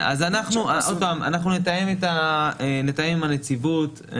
אנחנו נתאם עם הנציבות.